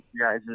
guys